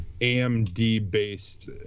AMD-based